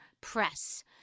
press